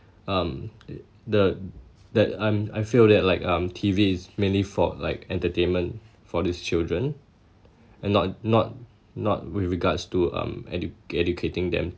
um the that I'm I feel that like um T_V is mainly for like entertainment for these children and not not not with regards to um edu~ educating them